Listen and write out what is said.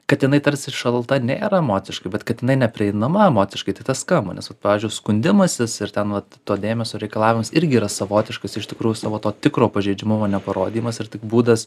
kad jinai tarsi šalta nėra emociškai bet kad jinai neprieinama emociškai tai tas skamba nes vat pavyzdžiui skundimasis ir ten vat to dėmesio reikalavimas irgi yra savotiškas iš tikrųjų savo to tikro pažeidžiamumo neparodymas ar tik būdas